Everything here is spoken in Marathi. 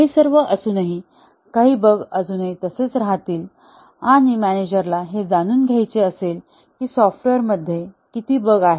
हे सर्व असूनही काही बग अजूनही तसेच राहतील आणि मॅनेजरला हे जाणून घ्यायचे असेल की सॉफ्टवेअरमध्ये किती बग आहेत